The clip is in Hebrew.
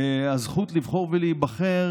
והזכות לבחור ולהיבחר